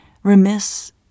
remiss